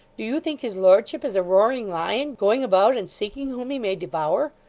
do you think his lordship is a roaring lion, going about and seeking whom he may devour?